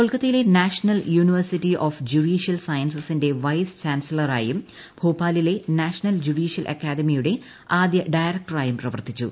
കൊൽക്കത്തയിലെ national university of judicial സയൻസസിന്റെ vice ചാൻസലറായും ഭോപ്പാലിലെ നാഷണൽ ജുഡീഷ്യൽ അക്കാദമിയുടെ ആദ്യ ഡയറക്ടറായും പ്രവർത്തിച്ചു